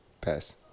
Pass